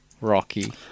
rocky